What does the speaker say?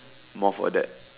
more for that